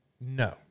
No